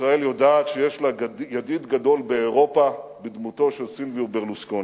ישראל יודעת שיש לה ידיד גדול באירופה בדמותו של סילביו ברלוסקוני.